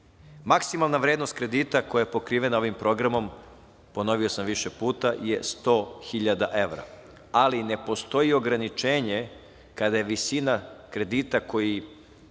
porodice. Maksimalna vrednost kredita koja je pokrivena ovim programom je, ponovio sam više puta, 100.000 evra, ali ne postoji ograničenje kada je visina kredita koju